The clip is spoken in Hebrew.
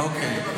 אוקיי,